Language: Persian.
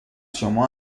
شما